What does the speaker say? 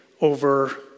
over